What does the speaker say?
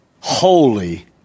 Holy